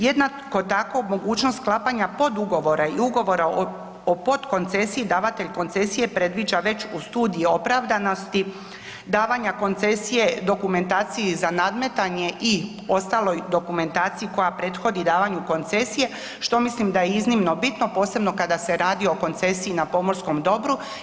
Jednako tako mogućnost sklapanja podugovora i ugovora o potkoncesiji davatelj koncesije predviđa već u studiji opravdanosti davanja koncesije dokumentaciji za nadmetanje i ostaloj dokumentaciji koja prethodi davanju koncesije, što mislim da je iznimno bitno posebno kada se radi o koncesiji na pomorskom dobru.